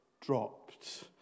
dropped